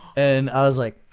and i was like, oh,